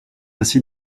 aussi